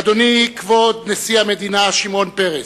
אדוני כבוד נשיא המדינה שמעון פרס,